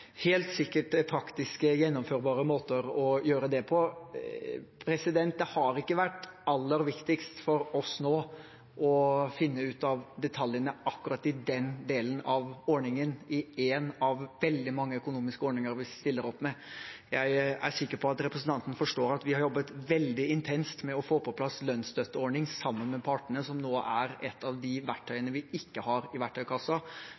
helt sikkert praktiske, gjennomførbare måter å gjøre det på. Det har ikke vært aller viktigst for oss nå å finne ut av detaljene akkurat i den delen av ordningen, i én av veldig mange økonomiske ordninger vi stiller opp med. Jeg er sikker på at representanten forstår at vi har jobbet veldig intenst med å få på plass en lønnsstøtteordning sammen med partene, som nå er et av de verktøyene vi ikke har i verktøykassa.